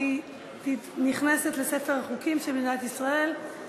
והיא נכנסת לספר החוקים של מדינת ישראל.